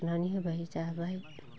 खुरनानै होबाय जाहोबाय